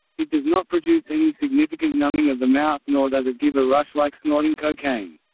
it does not produce any significant numbing of the mouth nor does it give a rush like snorting cocaine.